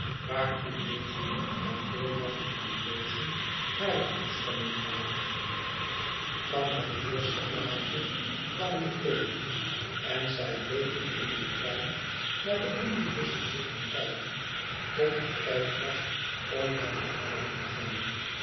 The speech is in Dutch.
waartoe deze na veel lachen en blozen hare toestemming gaven van het eerste glaasje kwam een tweede en zij bleven in den tuin naar de omnibussen zitten kijken tot het tijd was om naar de arend te gaan